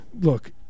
Look